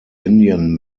indian